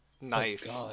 knife